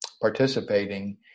participating